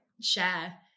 share